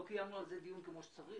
לא קיימנו על זה דיון כמו שצריך,